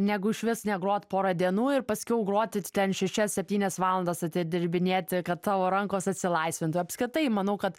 negu išvis negrot porą dienų ir paskiau groti ten šešias septynias valandas atidirbinėti kad tavo rankos atsilaisvintų apskritai manau kad